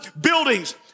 buildings